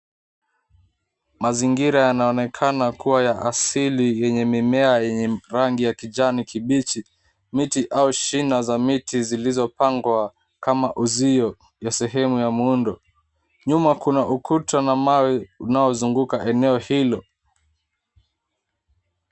Mazingira yanaonekana kuwa ya asili yenye mimea yenye rangi ya kijani kibichi. Miti au shida za miti zilizopangwa kama uzio ya sehemu ya muundo. Nyuma kuna ukuta na mawe unaozunguka eneo hilo.